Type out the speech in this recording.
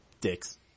dicks